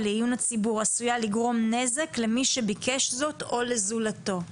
לעיון הציבור עשויה לגרום נזק למי שביקש זאת או לזולתו".